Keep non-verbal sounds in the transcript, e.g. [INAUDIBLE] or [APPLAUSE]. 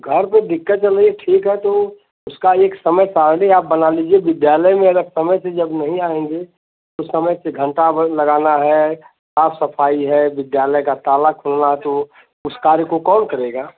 घर पर दिक्कत चल रही ठीक हैं तो उसका एक समय [UNINTELLIGIBLE] आप बना लीजिए विद्यालय में अगर समय जब से नही आएंगे तो समय से घंटा भर लगाना हे साफ सफाई है विद्यालय का ताला खोलना है तो उस कार्य को कौन करेगा